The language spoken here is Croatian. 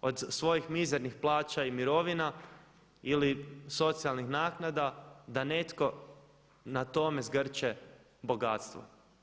od svojih mizernih plaća i mirovina ili socijalnih naknada da netko na tome zgrče bogatstvo.